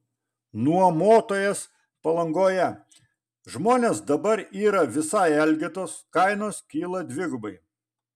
nuomotojas palangoje žmonės dabar yra visai elgetos kainos kyla dvigubai